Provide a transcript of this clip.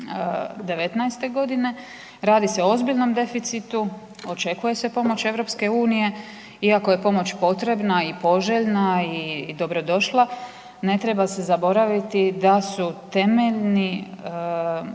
2019., radi se o ozbiljnom deficitu, očekuje se pomoć EU-a, iako je pomoć potrebna i poželjna i dobrodošla, ne treba se zaboraviti da su temeljni